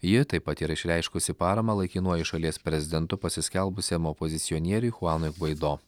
ji taip pat yra išreiškusi paramą laikinuoju šalies prezidentu pasiskelbusiam opozicionieriui chuanui gvaido